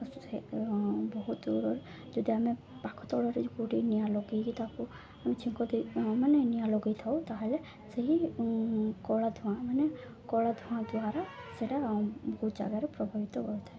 ବହୁତ ଦୂରରୁ ଯଦି ଆମେ ପାଖ ତଳରେ କେଉଁଠି ନିଆଁ ଲଗାଇକି ତାକୁ ଝିଙ୍କ ଦେଇ ମାନେ ନିଆଁ ଲଗାଇ ଥାଉ ତା'ହେଲେ ସେହି କଳାଧୂଆଁ ମାନେ କଳାଧୂଆଁ ଦ୍ୱାରା ସେଇଟା ବହୁ ଜାଗାରେ ପ୍ରଭାବିତ କରିଥାଏ